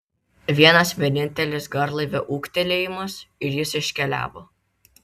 vienas vienintelis garlaivio ūktelėjimas ir jis iškeliavo